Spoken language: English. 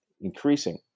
increasing